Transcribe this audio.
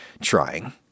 trying